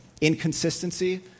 Inconsistency